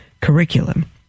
curriculum